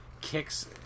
kicks